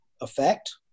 effect